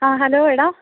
ആ ഹലോ എടാ